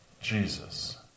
Jesus